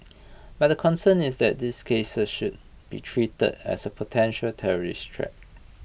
but the concern is that these cases should be treated as A potential terrorist threat